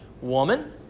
Woman